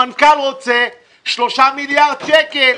המנכ"ל רוצה 3 מיליארד שקל.